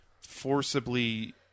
forcibly